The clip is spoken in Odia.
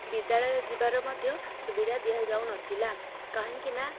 ବିଦ୍ୟାଳୟ ଯିବାର ମଧ୍ୟ ସୁବିଧା ଦିଆଯାଉନଥିଲା କାହିଁକିନା